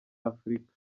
afurika